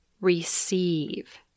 receive